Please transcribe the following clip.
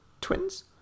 twins